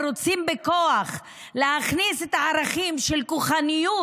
ורוצים בכוח להכניס את הערכים של כוחניות,